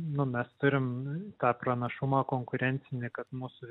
nu mes turie tą pranašumą konkurencinį kad mūsų